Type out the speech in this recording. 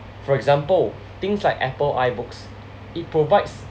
for example things like Apple I books it provides